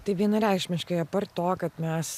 tai vienareikšmiškai apart to kad mes